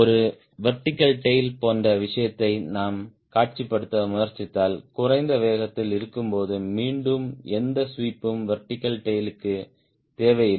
ஒரு vertical tail போன்ற விஷயத்தை நாம் காட்சிப்படுத்த முயற்சித்தால் குறைந்த வேகத்தில் இருக்கும்போது மீண்டும் எந்த ஸ்வீப் ம் வெர்டிகல் டேய்ல் க்கு தேவையில்லை